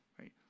right